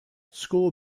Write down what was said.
school